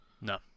No